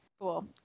cool